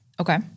Okay